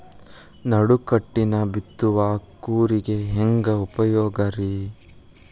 ನಡುಕಟ್ಟಿನ ಬಿತ್ತುವ ಕೂರಿಗೆ ಹೆಂಗ್ ಉಪಯೋಗ ರಿ?